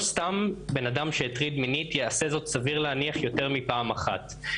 שלא סתם בן אדם שהטריד מינית יעשה זאת יותר מפעם אחת.